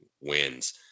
wins